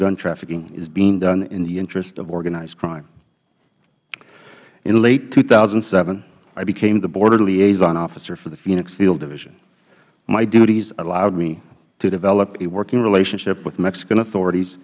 gun trafficking is being done in the interest of organized crime in late two thousand and seven i became the border liaison officer for the phoenix field division my duties allowed me to develop a working relationship with mexican authorities